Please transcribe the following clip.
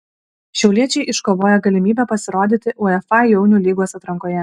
šiauliečiai iškovojo galimybę pasirodyti uefa jaunių lygos atrankoje